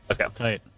Okay